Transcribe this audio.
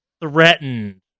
Threatened